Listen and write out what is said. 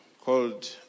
called